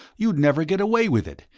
you'd never get away with it.